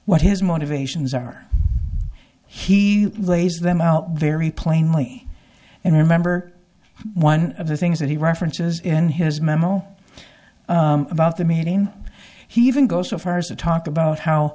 what his motivations are he lays them out very plainly and i remember one of the things that he references in his memo about the meeting he even goes so far as to talk about how